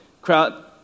crowd